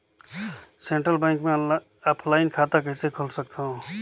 Central bank मे offline खाता कइसे खोल सकथव?